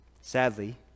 Sadly